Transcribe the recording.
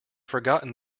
forgotten